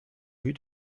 vue